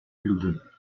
hielden